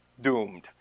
doomed